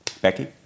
Becky